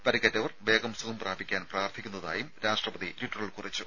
പരിക്കേറ്റവർ വേഗം സുഖം പ്രാപിക്കാൻ പ്രാർത്ഥിക്കുന്നതായും രാഷ്ട്രപതി ട്വിറ്ററിൽ കുറിച്ചു